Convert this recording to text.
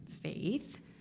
faith